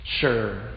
Sure